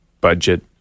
budget